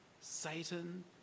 Satan